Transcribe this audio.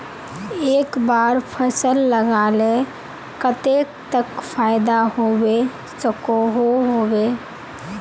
एक बार फसल लगाले कतेक तक फायदा होबे सकोहो होबे?